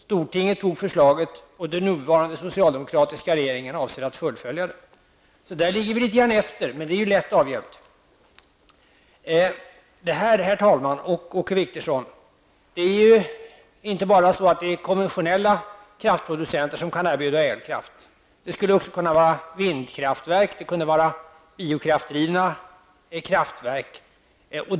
Stortinget antog förslaget, och den nuvarande socialdemokratiska regeringen avser att följa det. Där ligger Sverige litet efter, men det är lätt avhjälpt. Herr talman och Åke Wictorsson! Det är inte bara konventionella kraftproducenter som kan erbjuda elkraft. Det skulle också kunna vara vindkraftverk och biokraftdrivna kraftverk.